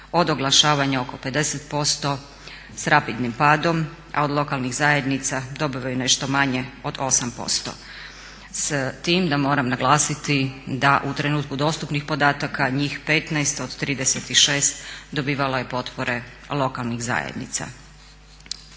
od oglašavanja oko 50% s rapidnim padom, a od lokalnih zajednica dobivaju nešto manje od 8%. S tim da moram naglasiti da u trenutku dostupnih podataka njih 15 od 36 dobivalo je potpore lokalnih zajednica.